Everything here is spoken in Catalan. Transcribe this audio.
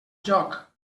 joc